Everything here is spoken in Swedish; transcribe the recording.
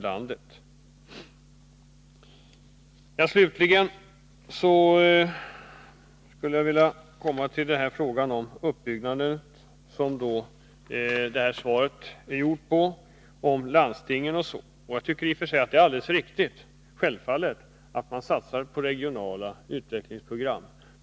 Låt mig slutligen säga några ord om det som ligger bakom interpellationssvaret, nämligen landstingens roll i sammanhanget. För mig är det i och för sig en självklarhet att man skall satsa på regionala utvecklingsprogram.